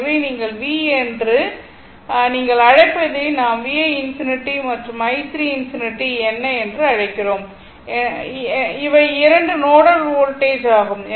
எனவே நீங்கள் V என்று நீங்கள் அழைப்பதை நாம் V1∞ மற்றும் i3∞ என்ன என்று அழைக்கிறோம் என்றால் இவை 2 நோடல் வோல்டேஜ் ஆகும்